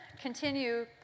continue